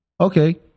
Okay